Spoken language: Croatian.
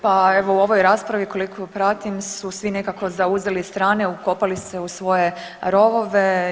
Pa evo u ovoj raspravi koliko pratim su svi nekako zauzeli strane, ukopali se u svoje rove.